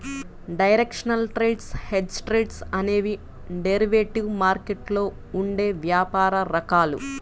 directional trades, hedged trades అనేవి derivative మార్కెట్లో ఉండే వ్యాపార రకాలు